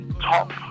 top